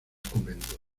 convento